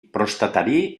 prostatari